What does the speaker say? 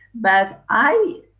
but i,